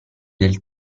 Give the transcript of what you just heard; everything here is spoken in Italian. del